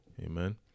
amen